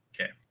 Okay